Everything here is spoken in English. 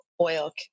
oil